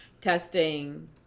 testing